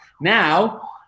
Now